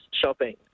shopping